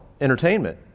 entertainment